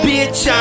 Bitch